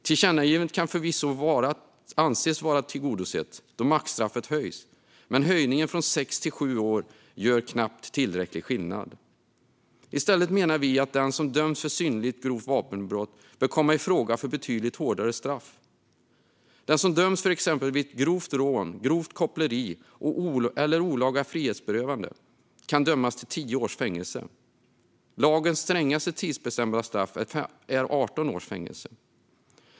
Tillkännagivandet kan förvisso anses vara tillgodosett då maxstraffet höjs, men höjningen från 6 till 7 år gör knappast tillräcklig skillnad. I stället menar vi att den som döms för synnerligen grovt vapenbrott bör komma i fråga för betydligt hårdare straff. Den som döms för exempelvis grovt rån, grovt koppleri eller olaga frihetsberövande kan dömas till 10 års fängelse. Lagens strängaste tidsbestämda straff är 18 års fängelse.